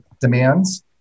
demands